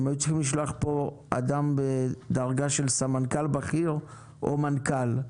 הם היו צריכים לשלוח לפה אדם בדרגה של סמנכ"ל בכיר או מנכ"ל.